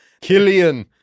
Killian